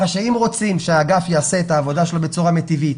אם רוצים שהאגף יעשה את העבודה שלו בצורה מיטבית,